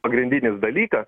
pagrindinis dalykas